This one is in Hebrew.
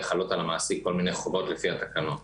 חלות על המעסיק כל מיני חובות לפי התקנות.